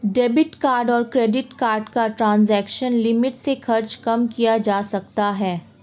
debit card और credit card का transaction limit से खर्च कम किया जा सकता है